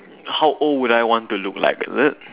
how old would I want to look like is it